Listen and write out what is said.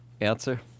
answer